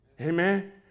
Amen